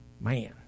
Man